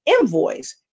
invoice